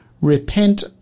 Repent